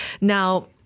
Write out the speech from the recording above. Now